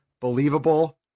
believable